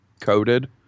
coated